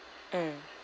mm